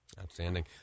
Outstanding